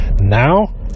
Now